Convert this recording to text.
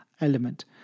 element